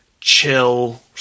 chill